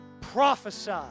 Prophesy